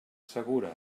segura